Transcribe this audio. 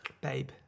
babe